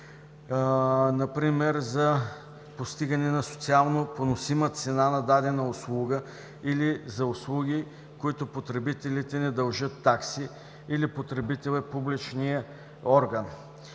Например за постигане на социално поносима цена на дадена услуга или за услуги, в които потребителите не дължат такси, или потребител е публичният орган.